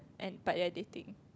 and but they're dating